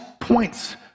points